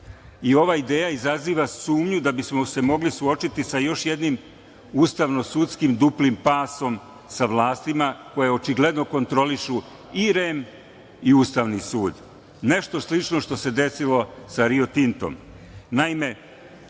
Ova ideja izaziva sumnju da bismo se mogli suočiti sa još jednim ustavno-sudskim duplim pasom sa vlastima koje očigledno kontrolišu i REM i Ustavni sud. Nešto slično što se desilo sa Rio Tintom. Naime,